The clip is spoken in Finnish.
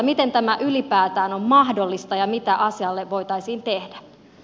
miten tämä ylipäätään on mahdollista ja mitä asialle voitaisiin tehdä